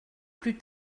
plus